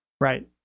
Right